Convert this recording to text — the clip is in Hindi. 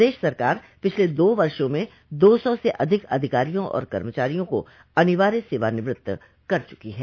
प्रदेश सरकार पिछले दो वर्षो में दो सौ से अधिक अधिकारियों और कर्मचारियों का अनिवार्य सेवानिवृत्त कर चुकी है